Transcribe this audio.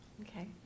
Okay